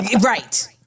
Right